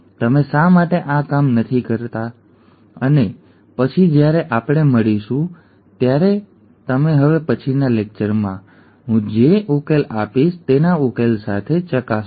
તમે શા માટે આ કામ કરતા નથી અને પછી જ્યારે આપણે મળીશું ત્યારે તમે હવે પછીના લેક્ચરમાં હું જે ઉકેલ આપીશ તેના ઉકેલ સાથે ઉકેલ ચકાસી શકો છો